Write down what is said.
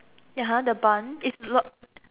(uh huh) the barn is locked